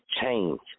change